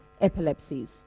epilepsies